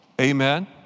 Amen